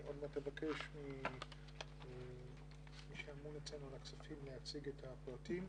עוד מעט אני אבקש ממי שאמון אצלנו על הכספים להציג את הפרטים.